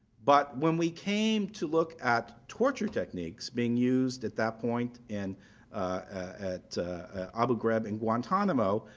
but when we came to look at torture techniques being used at that point and at abu ghraib and guantanamo,